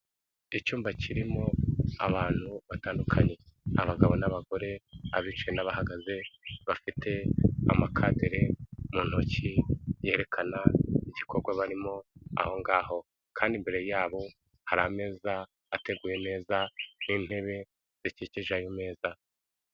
cyumba kirimo abantu batandukanye abagabo n'abagore abice n'abahagaze bafite amakaderi mu ntoki yerekana igikorwa barimo aho ngaho kandi imbere yabo hari ameza ateguye neza n'intebe zikikije ayo meza.